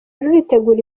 ruritegura